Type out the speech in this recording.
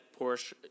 Porsche